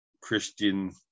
Christian